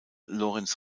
lorenz